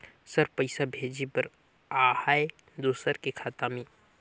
Sir पइसा भेजे बर आहाय दुसर के खाता मे?